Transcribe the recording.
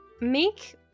make